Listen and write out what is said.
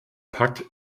pack